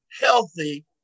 healthy